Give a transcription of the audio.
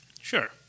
Sure